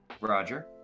Roger